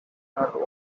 not